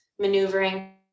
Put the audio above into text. maneuvering